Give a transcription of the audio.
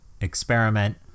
experiment